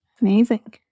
amazing